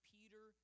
Peter